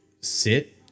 sit